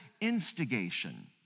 instigation